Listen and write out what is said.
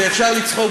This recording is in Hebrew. אפשר לצחוק.